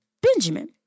Benjamin